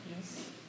Yes